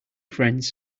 friends